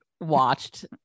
watched